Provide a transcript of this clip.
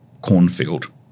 cornfield